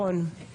נכון.